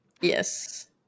Yes